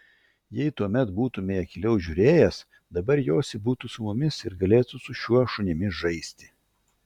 jei tuomet būtumei akyliau žiūrėjęs dabar josi būtų su mumis ir galėtų su šiuo šunimi žaisti